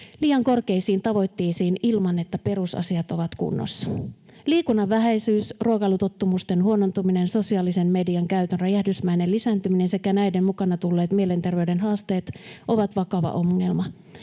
liian korkeisiin tavoitteisiin ilman, että perusasiat ovat kunnossa. Liikunnan vähäisyys, ruokailutottumusten huonontuminen, sosiaalisen median käytön räjähdysmäinen lisääntyminen sekä näiden mukana tulleet mielenterveyden haasteet ovat vakava ongelma.